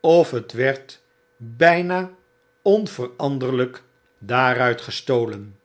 of het werd byna onveranderlyk daaruit gestolen